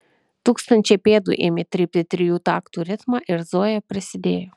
tūkstančiai pėdų ėmė trypti trijų taktų ritmą ir zoja prisidėjo